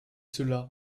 cela